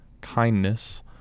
kindness